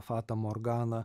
fata morgana